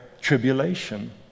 tribulation